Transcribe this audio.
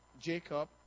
Jacob